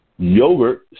Yogurt